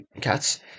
cats